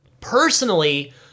personally